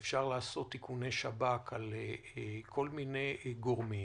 ואפשר לעשות איכוני שב"כ על כל מיני גורמים